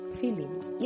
feelings